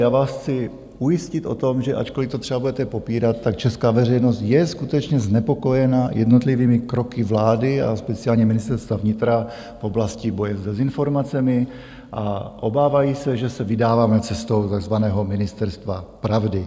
Já vás chci ujistit o tom, že ačkoli to třeba budete popírat, tak česká veřejnost je skutečně znepokojena jednotlivými kroky vlády a speciálně Ministerstva vnitra v oblasti boje s dezinformacemi a obávají se, že se vydáváme cestou takzvaného ministerstva pravdy.